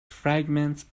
fragments